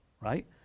right